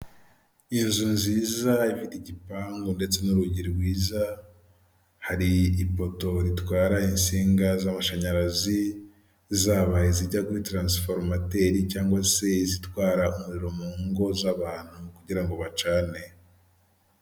Inzu nziza ifite igipangu ndetse n'urugi rwiza, hari ipoto itwara insinga z'amashanyarazi zaba izijya kuri taransiforomoteri cyangwag se izitwara umuriro mu ngo z'abantu kugira ngo bacane.